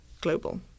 global